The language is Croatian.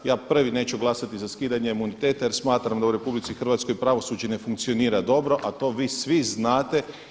Ja prvi neću glasati za skidanje imuniteta jer smatram da u RH pravosuđe ne funkcionira dobro, a to vi svi znate.